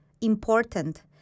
important